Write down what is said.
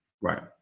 Right